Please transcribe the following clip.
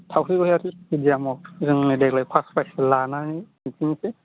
थावख्रिगुरि स्टुडियामाव जोंनो देग्लाय फार्स्ट प्राइज लानानै दिन्थिनोसै